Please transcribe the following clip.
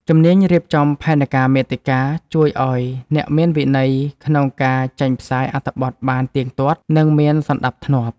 ជំនាញរៀបចំផែនការមាតិកា ជួយឱ្យអ្នកមានវិន័យក្នុងការចេញផ្សាយអត្ថបទបានទៀងទាត់ និងមានសណ្ដាប់ធ្នាប់។